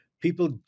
people